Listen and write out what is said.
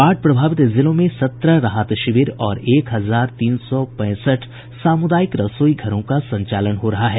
बाढ़ प्रभावित जिलों में सत्रह राहत शिविर और एक हजार तीन सौ पैंसठ सामुदायिक रसोई घरों का संचालन किया जा रहा है